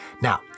Now